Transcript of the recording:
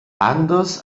anders